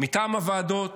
מטעם הוועדות